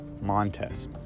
Montes